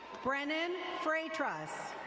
brennan fratruss.